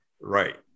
Right